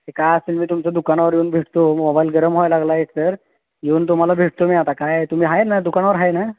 ते काय असेल मी तुमच्या दुकानावर येऊन भेटतो मोबाईल गरम व्हायला लागला आहे तर येऊन तुम्हाला भेटतो मी आता काय तुम्ही आहे ना दुकानावर आहे ना